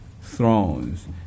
thrones